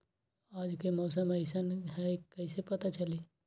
आज के मौसम कईसन हैं कईसे पता चली?